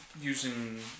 using